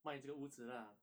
卖这个屋子啦